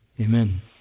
Amen